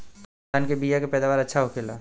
कवन धान के बीया के पैदावार अच्छा होखेला?